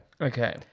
Okay